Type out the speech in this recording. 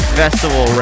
festival